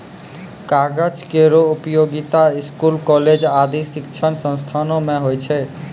कागज केरो उपयोगिता स्कूल, कॉलेज आदि शिक्षण संस्थानों म होय छै